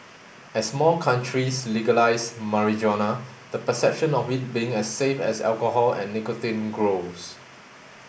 as more countries legalise marijuana the perception of it being as safe as alcohol and nicotine grows